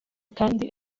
kandi